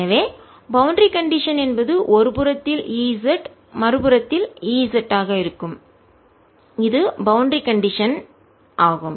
எனவே boundary condition எல்லை நிலைகள் என்பது ஒரு புறத்தில் E z மறுபுறத்தில் E z ஆக இருக்கும் அது பவுண்டரி கண்டிஷன் எல்லை நிலைகள் ஆகும்